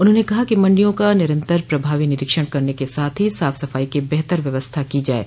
उन्होंने कहा कि मण्डियों का निरन्तर प्रभावी निरीक्षण करने के साथ ही साफ सफाई की बेहतर व्यवस्था की जाये